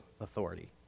authority